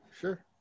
Sure